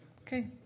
Okay